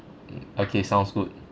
mm okay sounds good